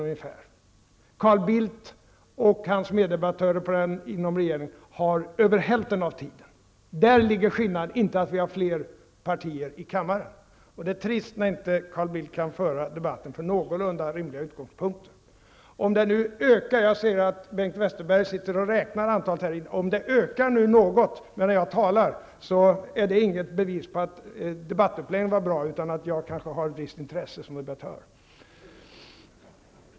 Carl Bildt och hans meddebattörer inom regeringen har över hälften av tiden. Det är där skillnaden ligger och inte i att vi har fler partier i kammaren. Det är trist när Carl Bildt inte kan föra debatten från någorlunda rimliga utgångspunkter. Jag ser att Bengt Westerberg sitter räknar antalet ledamöter som är här i kammaren. Om det ökar något medan jag talar är det inte något bevis på att debattuppläggningen var bra utan snarare på att jag kanske har ett visst intresse som debattör.